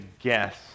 guess